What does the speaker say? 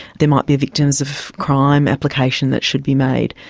there might be victims of crime applications that should be made.